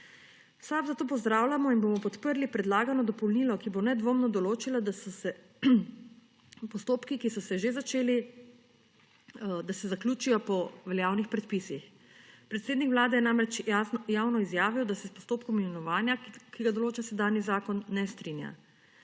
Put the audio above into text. V SAB zato pozdravljamo in bomo podprli predlagano dopolnilo, ki bo nedvomno določilo, da se postopki, ki so se že začeli, zaključijo po veljavnih predpisih. Predsednik Vlade je namreč javno izjavil, da se s postopkom imenovanja, ki ga določa sedanji zakon, ne strinja.